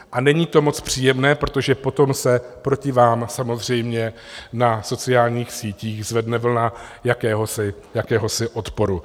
A není to moc příjemné, protože potom se proti vám samozřejmě na sociálních sítích zvedne vlna jakéhosi odporu.